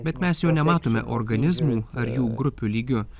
bet mes jo nematome organizmų ar jų grupių lygiu